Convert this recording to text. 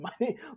money